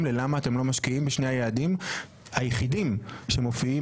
ללמה אתם לא משקיעים בשני היעדים היחידים שמופיעים.